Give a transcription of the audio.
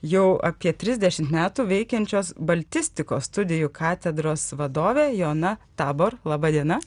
jau apie trisdešimt metų veikiančios baltistikos studijų katedros vadovė joana tabor laba diena